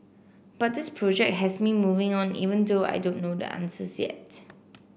but this project has me moving on even though I don't know the answers yet